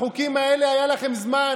לחוקים האלה היה לכם זמן,